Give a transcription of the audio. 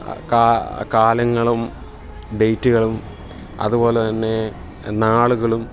കാ കാലങ്ങളും ഡേറ്റുകളും അതുപോലെ തന്നെ നാളുകളും